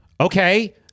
Okay